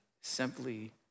simply